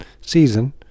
season